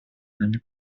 нами